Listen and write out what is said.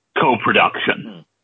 co-production